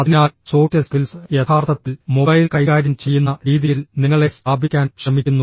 അതിനാൽ soft skills യഥാർത്ഥത്തിൽ mobile കൈകാര്യം ചെയ്യുന്ന രീതിയിൽ നിങ്ങളെ സ്ഥാപിക്കാൻ ശ്രമിക്കുന്നു